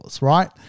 right